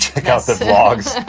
check out the vlogs,